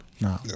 No